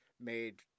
Made